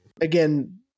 again